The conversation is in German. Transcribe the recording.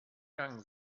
gang